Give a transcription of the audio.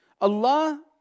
Allah